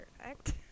perfect